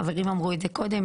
חברים אמרו את זה קודם,